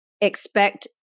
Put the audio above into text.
expect